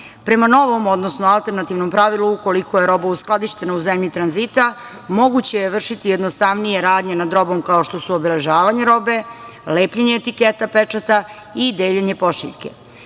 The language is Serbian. Prema novom, odnosno alternativnom, pravilu ukoliko je roba uskladištena u zemlji tranzita moguće je vršiti jednostavnije radnje nad robom kao što su: obeležavanje robe, lepljenje etiketa, pečata i deljenje pošiljke. Da